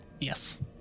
Yes